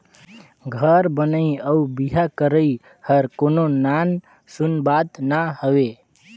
घर बनई अउ बिहा करई हर कोनो नान सून बात ना हवे